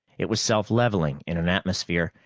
it was self-leveling in an atmosphere,